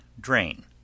drain